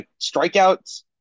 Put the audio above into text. Strikeouts